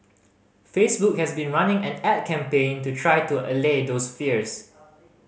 Facebook has been running an ad campaign to try to allay those fears